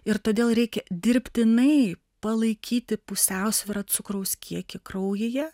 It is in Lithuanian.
ir todėl reikia dirbtinai palaikyti pusiausvyrą cukraus kiekį kraujyje